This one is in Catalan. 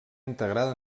integrada